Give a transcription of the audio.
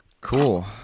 Cool